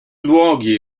luoghi